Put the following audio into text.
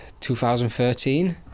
2013